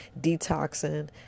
detoxing